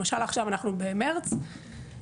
למשל עכשיו אנחנו במרץ אוטוטו,